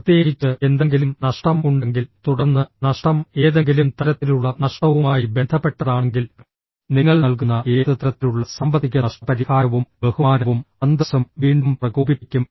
പ്രത്യേകിച്ച് എന്തെങ്കിലും നഷ്ടം ഉണ്ടെങ്കിൽ തുടർന്ന് നഷ്ടം ഏതെങ്കിലും തരത്തിലുള്ള നഷ്ടവുമായി ബന്ധപ്പെട്ടതാണെങ്കിൽ നിങ്ങൾ നൽകുന്ന ഏത് തരത്തിലുള്ള സാമ്പത്തിക നഷ്ടപരിഹാരവും ബഹുമാനവും അന്തസ്സും വീണ്ടും പ്രകോപിപ്പിക്കും